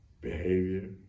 behavior